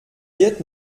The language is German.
wird